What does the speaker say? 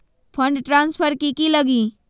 Fund transfer कि की लगी?